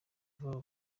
vuba